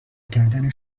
کردن